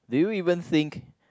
do you even think